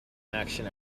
action